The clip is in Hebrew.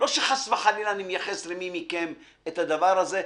לא שחס וחלילה אני מייחס למי מכם את הדבר הזה,